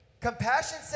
Compassion